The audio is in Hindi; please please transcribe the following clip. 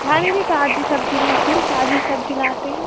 हाँ दीदी ताजी सब्जी रहती हैं ताजी सब्जी लाते हैं